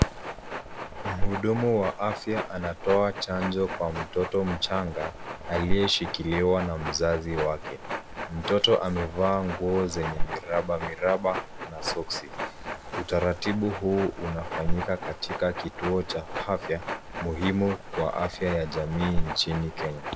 Mhudumu wa afya anatoa chanjo kwa mtoto mchanga, aliyeshikiliwa na mzazi wake. Mtoto amevaa nguo zenye miraba miraba na soksi. Utaratibu huu unafanyika katika kituo cha afya, muhimu kwa afya ya jamii nchini Kenya.